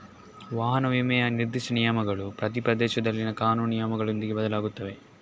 ವಾಹನ ವಿಮೆಯ ನಿರ್ದಿಷ್ಟ ನಿಯಮಗಳು ಪ್ರತಿ ಪ್ರದೇಶದಲ್ಲಿನ ಕಾನೂನು ನಿಯಮಗಳೊಂದಿಗೆ ಬದಲಾಗುತ್ತವೆ